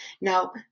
Now